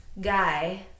guy